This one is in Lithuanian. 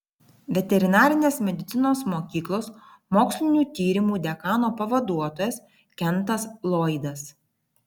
veterinarinės medicinos mokyklos mokslinių tyrimų dekano pavaduotojas kentas loydas